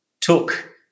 took